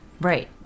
Right